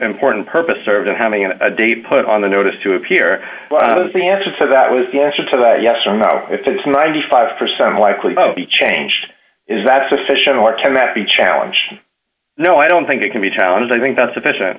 important purpose served on having a day put on the notice to appear as the answer to that was the answer to that yes or no if it's ninety five percent likely to be changed is that sufficient or ten mapi challenge no i don't think it can be towns i think that's sufficient